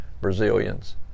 Brazilians